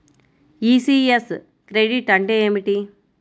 ECS credit అంటే ఏమిటి?